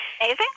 Amazing